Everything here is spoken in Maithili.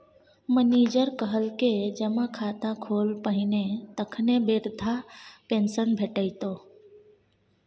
मनिजर कहलकै जमा खाता खोल पहिने तखने बिरधा पेंशन भेटितौ